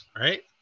right